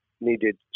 needed